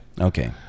Okay